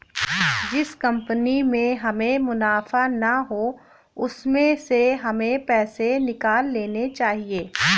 जिस कंपनी में हमें मुनाफा ना हो उसमें से हमें पैसे निकाल लेने चाहिए